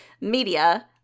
media